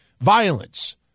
Violence